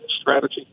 strategy